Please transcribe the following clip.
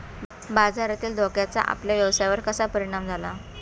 बाजारातील धोक्याचा आपल्या व्यवसायावर कसा परिणाम झाला?